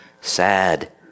sad